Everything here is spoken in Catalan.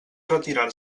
retirar